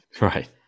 Right